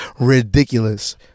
ridiculous